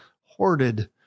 hoarded